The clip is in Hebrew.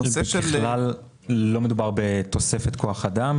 לא מדובר בתוספת כוח אדם.